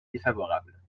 défavorable